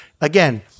again